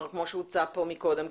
כמו שהוצע פה מקודם,